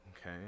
okay